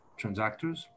transactors